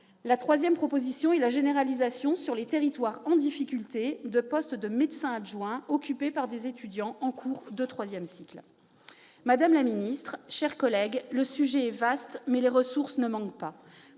Enfin, il faudrait généraliser, sur les territoires en difficulté, les postes de médecins adjoints, occupés par des étudiants en cours de troisième cycle. Madame la ministre, mes chers collègues, le sujet est vaste, mais les ressources ne manquent pas.